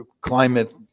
climate